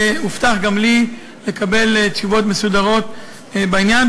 הובטח גם לי לקבל תשובות מסודרות בעניין,